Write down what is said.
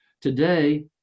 Today